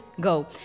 go